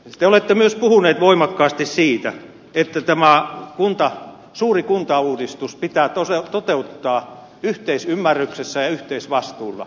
te olette myös puhunut voimakkaasti siitä että tämä suuri kuntauudistus pitää toteuttaa yhteisymmärryksessä ja yhteisvastuulla